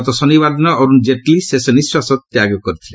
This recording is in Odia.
ଗତ ଶନିବାର ଦିନ ଅରୁଣ ଜେଟ୍ଲୀ ଶେଷ ନିଃଶ୍ୱାସ ତ୍ୟାଗ କରିଥିଲେ